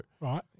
Right